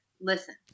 listen